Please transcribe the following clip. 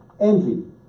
envy